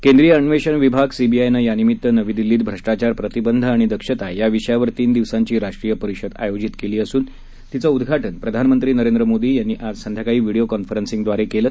केंद्रीय अन्वेषण विभाग सीबीआयनं यानिमित्त नवी दिल्लीत भ्रष्टाचार प्रतिबंध आणि दक्षता या विषयावर तीन दिवसांची राष्ट्रीय परिषद आयोजित केली असून तिचं उद्घाटन प्रधानमंत्री नरेंद्र मोदी आज संध्याकाळी व्हिडिओ कॉन्फरन्सिंगद्वारे केलं